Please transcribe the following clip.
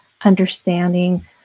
understanding